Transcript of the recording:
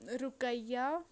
Ruqaiya